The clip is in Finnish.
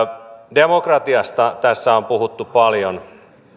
demokratiasta tässä on puhuttu paljon